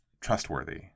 trustworthy